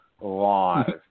live